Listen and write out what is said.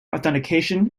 authentication